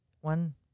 One